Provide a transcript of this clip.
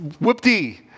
whoop-dee